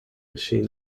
machine